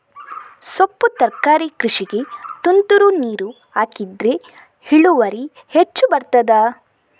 ಸೊಪ್ಪು ತರಕಾರಿ ಕೃಷಿಗೆ ತುಂತುರು ನೀರು ಹಾಕಿದ್ರೆ ಇಳುವರಿ ಹೆಚ್ಚು ಬರ್ತದ?